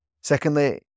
Secondly